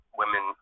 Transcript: women